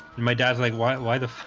my dad's like why why the